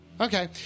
Okay